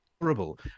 horrible